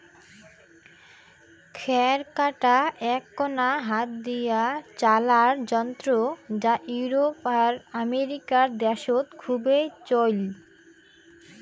খ্যার কাটা এ্যাকনা হাত দিয়া চালার যন্ত্র যা ইউরোপ আর আমেরিকা দ্যাশত খুব চইল